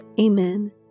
Amen